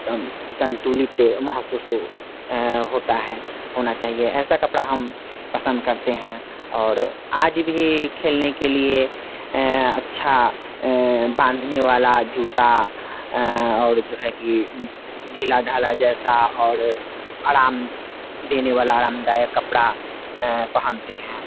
दम संतुलित महसूस होता है होना चाहिए ऐसा कपड़ा हम पसंद करते हैं और आज भी खेलने के लिए अच्छा बांधने वाला जूता और जो है कि ढीला ढाला जैसा और आराम देने वाला आरामदायक कपड़ा पहनते हैं